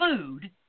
food